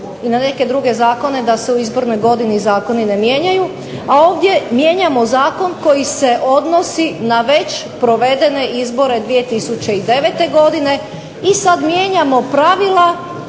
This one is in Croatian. i na neke druge zakone da se u izbornoj godini zakoni ne mijenjaju, a ovdje mijenjamo zakon koji se odnosi na već provedene izbore 2009. godine i sad mijenjamo pravila